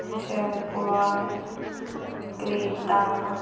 jaguar Creta